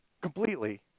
completely